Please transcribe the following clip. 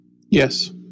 Yes